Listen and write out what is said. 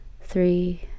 three